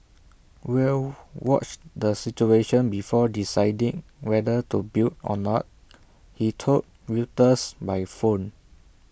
we'll watch the situation before deciding whether to build or not he told Reuters by phone